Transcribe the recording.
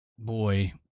Boy